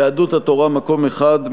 יהדות התורה: מקום אחד.